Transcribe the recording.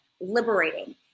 liberating